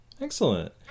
Excellent